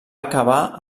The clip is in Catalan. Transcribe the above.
acabar